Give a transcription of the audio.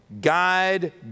guide